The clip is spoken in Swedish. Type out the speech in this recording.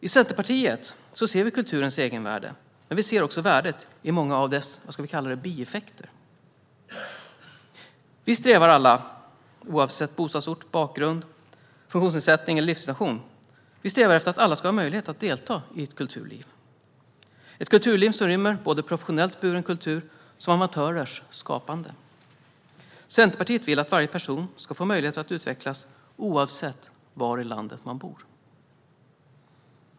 I Centerpartiet ser vi kulturens egenvärde. Men vi ser också värdet i många av dess bieffekter. Vi strävar efter att alla, oavsett bostadsort, bakgrund, eventuell funktionsnedsättning och livssituation, ska ha möjlighet att delta i ett kulturliv som rymmer både professionellt buren kultur och amatörers skapande. Centerpartiet vill att varje person ska få möjligheter att utvecklas oavsett var i landet man bor.